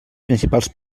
principals